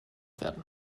werden